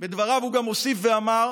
בדבריו הוא גם הוסיף ואמר